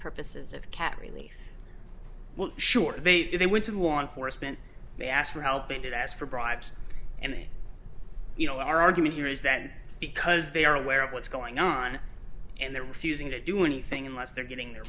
purposes of cat relief well sure they do they went to law enforcement they asked for help they did ask for bribes and you know our argument here is that because they are aware of what's going on and they're refusing to do anything unless they're getting their